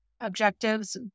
objectives